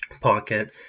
pocket